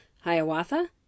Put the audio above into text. Hiawatha